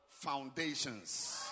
Foundations